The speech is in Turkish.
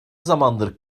zamandır